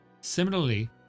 Similarly